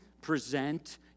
present